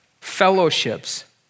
fellowships